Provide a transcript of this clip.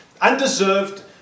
Undeserved